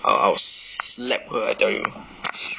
I will slap her I tell you